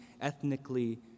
ethnically